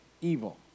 evil